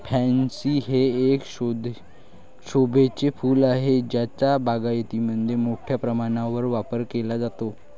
pansy हे एक शोभेचे फूल आहे ज्याचा बागायतीमध्ये मोठ्या प्रमाणावर वापर केला जातो